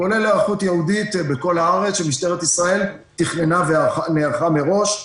כולל היערכות ייעודית בכל הארץ שמשטרת ישראל תכננה ונערכה מראש.